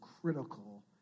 critical